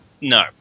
No